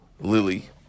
Lily